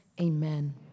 Amen